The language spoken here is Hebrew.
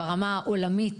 ברמה העולמית,